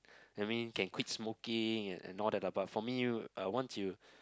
that mean can quit smoking and and all that ah but for me uh once you